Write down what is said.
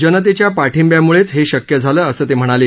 जनतेच्या पाठिंब्यामुळेच हे शक्य झालं असं ते म्हणाले